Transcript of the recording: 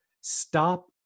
Stop